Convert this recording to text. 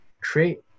create